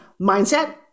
mindset